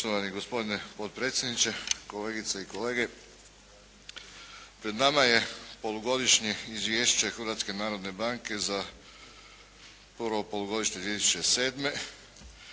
(HNS)** Poštovani gospodine potpredsjedniče, kolegice i kolege. Pred nama je polugodišnje Izvješće Hrvatske narodne banke za prvo polugodište 2007.